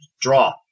draw